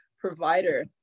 provider